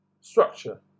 structure